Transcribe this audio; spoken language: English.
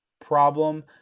problem